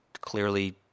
clearly